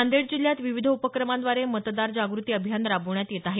नांदेड जिल्ह्यात विविध उपक्रमांद्वारे मतदार जागृती अभियान राबवण्यात येत आहे